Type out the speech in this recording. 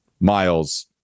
Miles